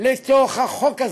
לתוך החוק הזה,